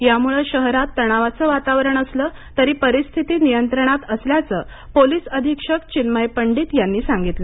यामुळं शहरात तणावाचं वातावरण असलं तरी परिस्थिती नियंत्रणात असल्याचं पोलिस अधिक्षक चिन्मय पंडीत यांनी सांगितलं